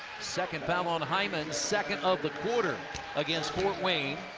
second foul on hyman, second of the quarter against fort wayne,